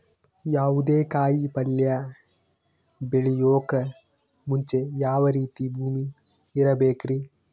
ಯಾವುದೇ ಕಾಯಿ ಪಲ್ಯ ಬೆಳೆಯೋಕ್ ಮುಂಚೆ ಯಾವ ರೀತಿ ಭೂಮಿ ಇರಬೇಕ್ರಿ?